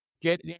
get